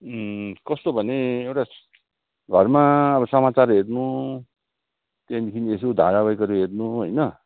कस्तो भने एउटा घरमा अब समाचार हेर्नु त्यहाँदेखि यसो धारावाहिकहरू हेर्नु होइन